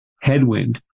headwind